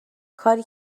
کاری